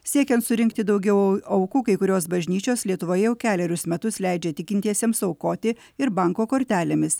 siekiant surinkti daugiau aukų kai kurios bažnyčios lietuvoje jau kelerius metus leidžia tikintiesiems aukoti ir banko kortelėmis